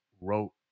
wrote